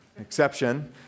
exception